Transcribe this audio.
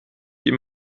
ihm